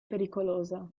pericolosa